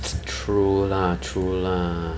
it's true lah true lah